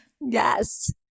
Yes